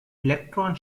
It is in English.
electron